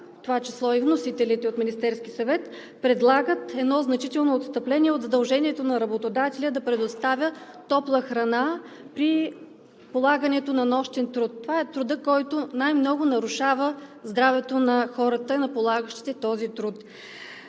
това число и вносителите от Министерския съвет, предлагат едно значително отстъпление от задължението на работодателя да предоставя топла храна при полагането на нощен труд. Това е трудът, който най-много нарушава здравето на хората, на полагащите този труд.